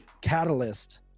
catalyst